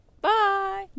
Bye